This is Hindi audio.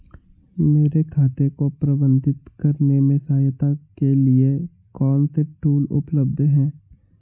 मेरे खाते को प्रबंधित करने में सहायता के लिए कौन से टूल उपलब्ध हैं?